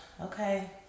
okay